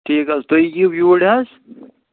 ٹھیٖک حظ تُہۍ یِیِو یوٗرۍ حظ